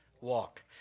walk